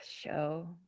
Show